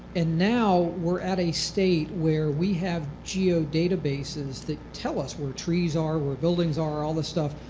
and now we are at a state where we have geo-databases that tell us where trees are, where buildings are, all this stuff.